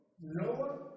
Noah